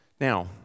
Now